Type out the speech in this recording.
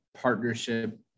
partnership